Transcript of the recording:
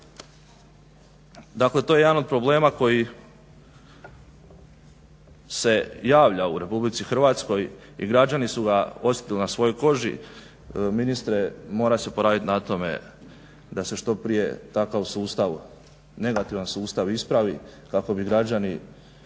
Dakle, to je jedan od problema koji se javlja u RH i građani su ga osjetili na svojoj koži. Ministre mora se poraditi na tome da se što prije takav sustav negativan sustav ispravi kako bi građani